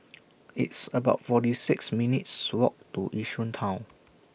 It's about forty six minutes' Walk to Yishun Town